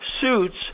Suits